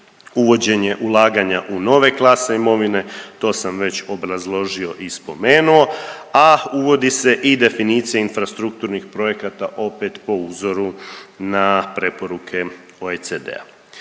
uvođenje ulaganja u nove klase imovine, to sam već obrazložio i spomenuo, a uvodi se i definicija infrastrukturnih projekata opet po uzoru na preporuke OECD-a.